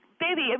baby